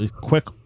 quick